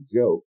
joke